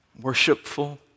worshipful